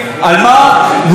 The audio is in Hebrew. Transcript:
לדוגמה,